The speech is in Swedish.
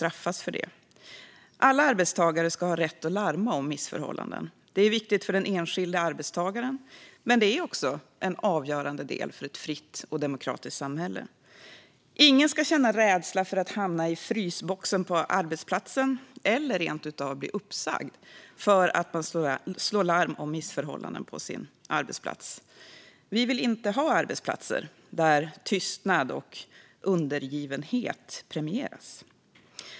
Alla arbetstagare ska ha rätt att larma om missförhållanden. Det är viktigt för den enskilde arbetstagaren, men också en avgörande del för ett fritt och demokratiskt samhälle. Ingen ska känna rädsla för att hamna i frysboxen på arbetsplatsen eller rent av bli uppsagd för att man slår larm om missförhållanden på sin arbetsplats. Vi vill inte ha arbetsplatser där tystnad och undergivenhet premieras.